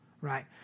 right